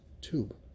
tube